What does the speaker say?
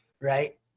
right